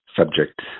subject